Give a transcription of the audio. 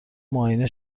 معاینه